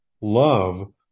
love